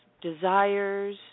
desires